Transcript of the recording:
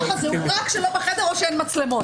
ככה זה כשלא בחדר או אין מצלמות.